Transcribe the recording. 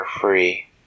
free